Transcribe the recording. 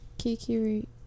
Kiki